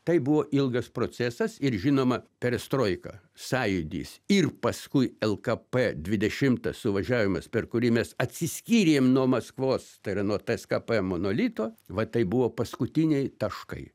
tai buvo ilgas procesas ir žinoma perestroika sąjūdis ir paskui lkp dvidešimtas suvažiavimas per kurį mes atsiskyrėm nuo maskvos tai yra nuo tskp monolito va tai buvo paskutiniai taškai